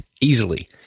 easily